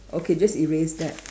okay just erase that